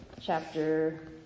chapter